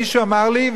מישהו אמר לי,